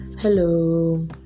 hello